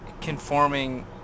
conforming